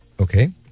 Okay